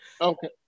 Okay